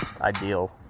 ideal